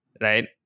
right